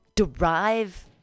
Derive